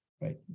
right